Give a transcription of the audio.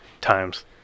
times